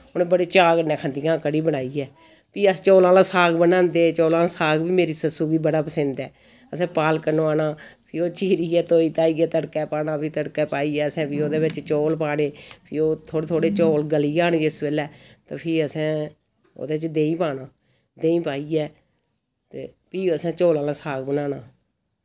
उ'नै बड़े चाव् कन्नै खंदियां कड़ी बनाइयै फ्ही अस चौलें आह्ला साग बनांदे चौलें आह्ला साग वि मेरी सस्सू गी बड़ा पसंद ऐ असैं पालक नोआना फ्ही ओ चीरियै धोई धाइयै तड़कै पाना फ्ही तड़कै पाइयै असैं फ्ही ओह्दे विच चौल पाने फ्ही ओ थोह्ड़े थोह्ड़े चौल गली जान जिस वेल्लै ते फ्ही असैं ओह्दे च देहीं पाना देहीं पाइयै ते फ्ही असैं चौले आह्ला साग बनाना